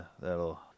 that'll